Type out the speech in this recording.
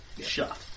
shut